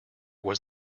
was